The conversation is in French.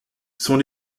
sont